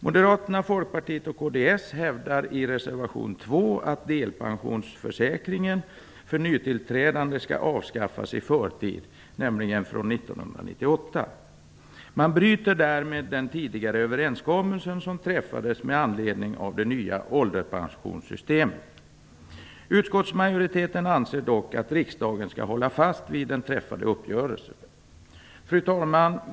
Moderaterna, Folkpartiet och kds hävdar i reservation 2 att delpensionsförsäkringen för nytillträdande skall avskaffas i förtid, nämligen 1998. Man bryter därmed den tidigare överenskommelse som träffades med anledning av det nya ålderspensionssystemet. Utskottsmajoriteten anser dock att riksdagen bör hålla fast vid den träffade uppgörelsen. Fru talman!